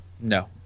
No